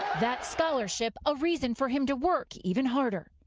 that scholarship a reason for him to work even harder.